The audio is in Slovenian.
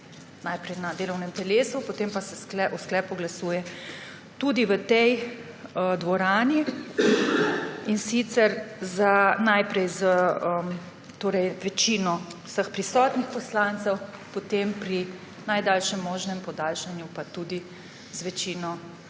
najprej na delovnem telesu, potem pa se o sklepu glasuje tudi v tej dvorani, in sicer najprej z večino vseh prisotnih poslancev, pri najdaljšem možnem podaljšanju pa tudi z večino